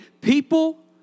People